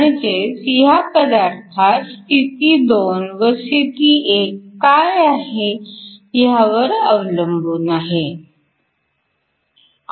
म्हणजेच ह्या पदार्थात स्थिती 2 व स्थिती 1 काय आहे ह्यावर अवलंबून आहे